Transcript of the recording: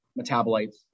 metabolites